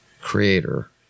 Creator